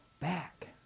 back